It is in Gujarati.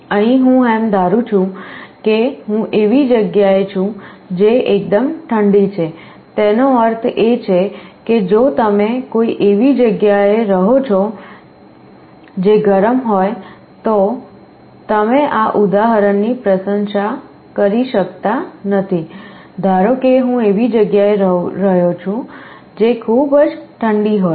અહીં હું એમ ધારું છું કે હું એવી જગ્યાએ છું જે એકદમ ઠંડી છે તેનો અર્થ એ છે કે જો તમે કોઈ એવી જગ્યાએ રહો છો જે ગરમ હોય તો તમે આ ઉદાહરણની પ્રશંસા કરી શકતા નથી ધારો કે હું એવી જગ્યાએ રહ્યો છું જે ખૂબ જ ઠંડી હોય